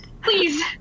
Please